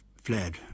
fled